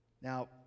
Now